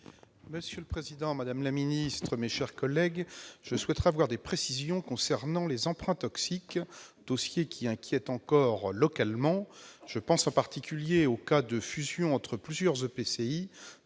Monsieur le président, madame la ministre, mes chers collègues, je souhaite avoir des précisions concernant les emprunts toxiques, dossier qui inquiète encore localement. Je pense en particulier au cas de fusion entre plusieurs EPCI